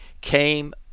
came